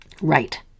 Right